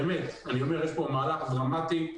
באמת יש פה מהלך דרמטי,